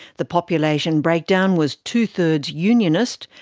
the population break-down was two-thirds unionist,